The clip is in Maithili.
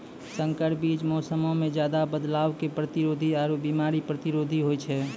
संकर बीज मौसमो मे ज्यादे बदलाव के प्रतिरोधी आरु बिमारी प्रतिरोधी होय छै